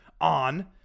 on